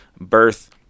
birth